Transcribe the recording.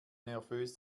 nervös